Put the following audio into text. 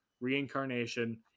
reincarnation